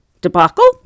debacle